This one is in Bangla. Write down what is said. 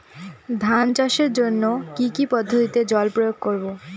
ধান চাষের জন্যে কি কী পদ্ধতিতে জল প্রয়োগ করব?